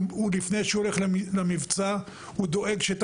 הוא לפני שהוא הולך למבצע הוא דואג שאת